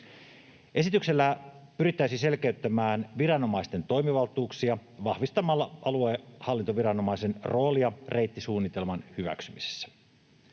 Esityksellä pyrittäisiin selkeyttämään viranomaisten toimivaltuuksia vahvistamalla aluehallintoviranomaisen roolia reittisuunnitelman hyväksymisessä.